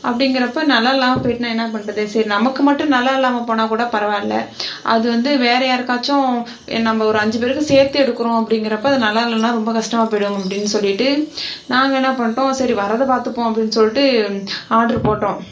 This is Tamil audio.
அப்படிங்கிறப்ப நல்லா இல்லாமல் போயிட்டுனா என்ன பண்ணுறது சரி நமக்கு மட்டும் நல்லா இல்லாமல் போனால் கூட பரவாயில்லை அது வந்து வேற யாருக்காச்சும் நம்ப ஒரு அஞ்சு பேருக்கு சேர்த்து எடுக்கிறோம் அப்படிங்கிறப்ப அது நல்லா இல்லைனா ரொம்ப கஷ்டமாக போயிடும் அப்படின்னு சொல்லிட்டு நாங்கள் என்னா பண்ணிட்டோம் சரி வரதை பார்த்துப்போம் அப்படின்னு சொல்லிட்டு ஆர்டரு போட்டோம்